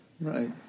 right